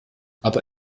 aber